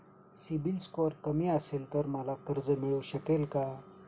CIBIL score कमी असेल तर मला कर्ज मिळू शकेल का?